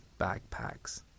backpacks